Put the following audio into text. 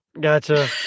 gotcha